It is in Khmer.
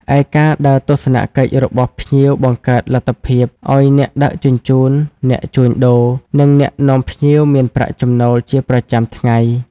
ឯការដើរទស្សនកិច្ចរបស់ភ្ញៀវបង្កើតលទ្ធភាពឱ្យអ្នកដឹកជញ្ជូន អ្នកជួញដូរ និងអ្នកនាំភ្ញៀវមានប្រាក់ចំណូលជាប្រចាំថ្ងៃ។